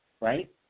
right